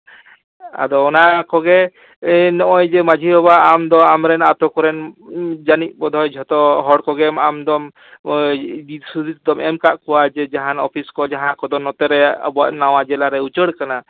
ᱟᱫᱚ ᱚᱱᱟ ᱠᱚᱜᱮ ᱱᱚᱜᱼᱚᱭ ᱡᱮ ᱢᱟᱹᱡᱷᱤᱼᱵᱟᱵᱟ ᱟᱢ ᱫᱚ ᱟᱢᱨᱮᱱ ᱟᱛᱳ ᱠᱚᱨᱮᱱ ᱡᱟᱹᱱᱤᱡ ᱵᱳᱫᱷᱚᱭ ᱡᱷᱚᱛᱚ ᱦᱚᱲ ᱠᱚᱜᱮᱢ ᱟᱢ ᱫᱚᱢ ᱫᱤᱥ ᱦᱩᱫᱤᱥ ᱫᱚᱢ ᱮᱢ ᱠᱟᱜ ᱠᱚᱣᱟ ᱡᱮ ᱡᱟᱦᱟᱱ ᱚᱯᱷᱤᱥ ᱠᱚ ᱡᱟᱦᱟᱸ ᱠᱚᱫᱚ ᱱᱚᱛᱮ ᱨᱮ ᱟᱵᱚᱣᱟᱜ ᱱᱟᱣᱟ ᱡᱮᱞᱟ ᱨᱮ ᱩᱪᱟᱹᱲ ᱠᱟᱱᱟ